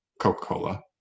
Coca-Cola